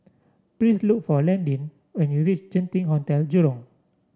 please look for Landin when you reach Genting Hotel Jurong